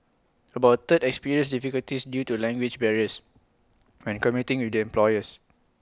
about third experienced difficulties due to language barriers when communicating with their employers